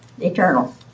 Eternal